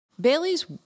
Bailey's